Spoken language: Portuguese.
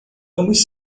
ambos